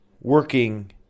working